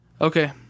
Okay